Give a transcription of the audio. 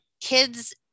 kids